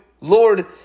Lord